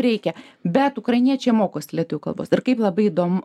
reikia bet ukrainiečiai mokosi lietuvių kalbos ir kaip labai įdomu